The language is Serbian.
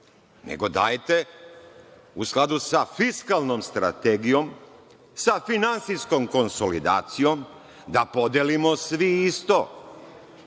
nego dajte u skladu sa fiskalnom strategijom, sa finansijskom konsolidacijom, da podelimo svi isto.